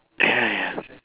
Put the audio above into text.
ya ya